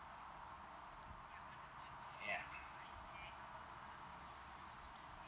ya